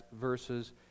verses